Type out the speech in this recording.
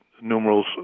numerals